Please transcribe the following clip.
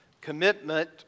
commitment